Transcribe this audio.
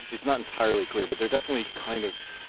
it's not entirely clear, but they're definitely kind of,